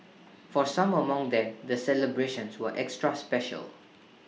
for some among them the celebrations were extra special